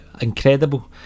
incredible